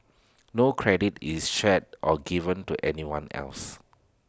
no credit is shared or given to anyone else